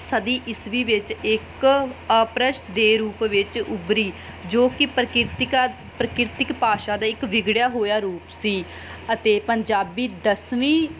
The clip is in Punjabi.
ਸਦੀ ਈਸਵੀ ਵਿੱਚ ਇੱਕ ਅਪਭ੍ਰੰਸ਼ ਦੇ ਰੂਪ ਵਿੱਚ ਉਭਰੀ ਜੋ ਕਿ ਪ੍ਰਕਿਰਤਿਕ ਪ੍ਰਕਿਰਤਿਕ ਭਾਸ਼ਾ ਦਾ ਇੱਕ ਵਿਗੜਿਆ ਹੋਇਆ ਰੂਪ ਸੀ ਅਤੇ ਪੰਜਾਬੀ ਦਸਵੀਂ